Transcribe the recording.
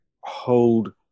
hold